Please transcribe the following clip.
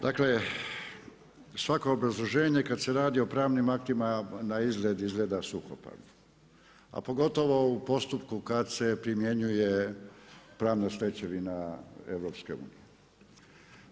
Dakle, svako obrazloženje kad se radi o pravni aktima na izgled izgleda suhoparno, a pogotovo u postupku kad se primjenjuje pravna stečevina EU-a.